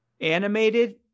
Animated